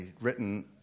written